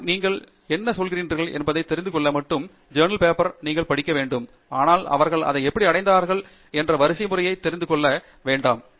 நீங்கள் என்ன சொல்கிறீர்கள் என்பதைத் தெரிந்து கொள்ள மட்டுமே காகிதத்தை நீங்கள் படிக்க வேண்டும் ஆனால் அவர்கள் உண்மையில் வந்து கொண்டிருக்கும் வரிசைமுறையை மாற்றியமைக்க வேண்டாம் இதன் விளைவாக